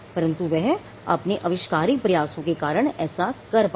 परंतु वह अपने अविष्कारक प्रयासों के कारण ऐसा कर पाया